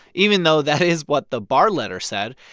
even though that is what the barr letter said.